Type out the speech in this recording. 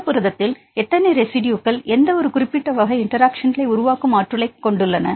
ஒரு புரதத்தில் எத்தனை ரெஸிட்யுகள் எந்தவொரு குறிப்பிட்ட வகை இன்டெராக்ஷன்களையும் உருவாக்கும் ஆற்றலைக் கொண்டுள்ளன